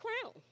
crown